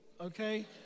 okay